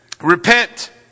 Repent